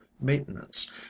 maintenance